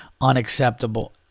Unacceptable